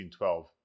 1912